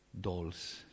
dolls